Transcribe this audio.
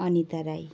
Anita Rai